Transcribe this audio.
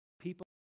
people